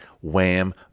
Wham